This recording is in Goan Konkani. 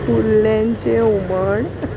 कुल्ल्यांचें हुमण